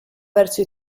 verso